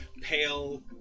pale